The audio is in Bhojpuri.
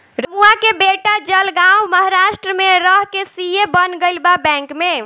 रमुआ के बेटा जलगांव महाराष्ट्र में रह के सी.ए बन गईल बा बैंक में